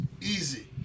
Easy